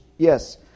Yes